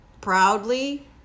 proudly